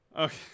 Okay